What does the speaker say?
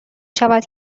شود